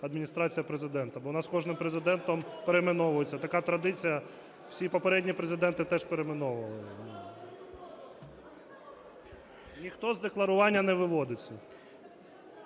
Адміністрація Президента, бо в нас кожним Президентом перейменовується. Така традиція, всі попередні президенти теж перейменовували. Ніхто з декларування не виводить.